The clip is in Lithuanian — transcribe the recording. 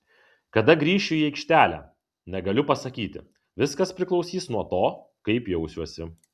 kada grįšiu į aikštelę negaliu pasakyti viskas priklausys nuo to kaip jausiuosi